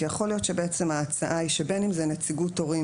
כי יכול להיות שההצעה היא שבין אם זה נציגות הורים